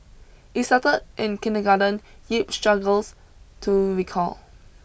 it started in kindergarten Yip struggles to recall